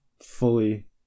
fully